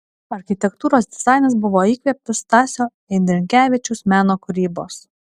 architektūros dizainas buvo įkvėptas stasio eidrigevičiaus meno kūrybos